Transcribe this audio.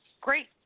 great